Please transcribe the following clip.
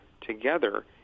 together